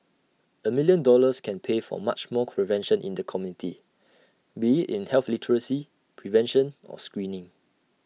A million dollars can pay for much more prevention in the community be IT in health literacy prevention or screening